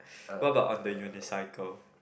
what about on the unicycle